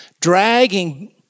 dragging